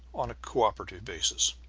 on a cooperative basis.